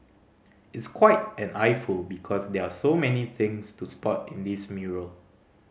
it's quite an eyeful because there are so many things to spot in this mural